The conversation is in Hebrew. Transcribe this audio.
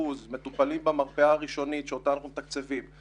אחוזים מטופלים במרפאה הראשונית שאותה אנחנו מתקצבים,